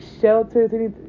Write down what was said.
shelters